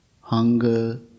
hunger